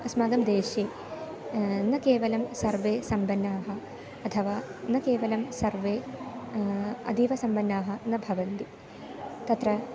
अस्मागं देशे न केवलं सर्वे सम्पन्नाः अथवा न केवलं सर्वे अतीव सम्पन्नाः न भवन्ति तत्र